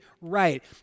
right